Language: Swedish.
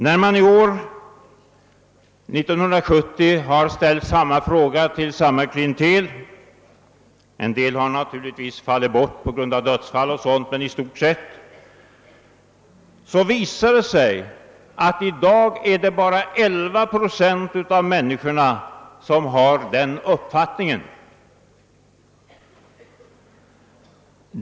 När man 1 år ställde samma fråga till i stort sett samma klientel — en del har naturligtvis bortfallit på grund av dödsfall — visade det sig att det i dag bara är 11 procent av människorna som har den uppfattningen.